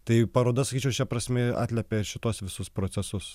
tai paroda sakyčiau šia prasme atliepė ir šituos visus procesus